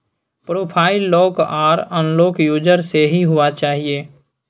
profile lock आर unlock user से ही हुआ चाहिए